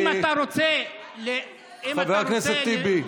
אם אתה רוצה --- חבר הכנסת טיבי.